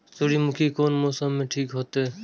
सूर्यमुखी कोन मौसम में ठीक होते?